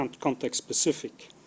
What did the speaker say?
context-specific